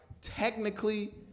technically